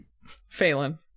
Phelan